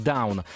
Down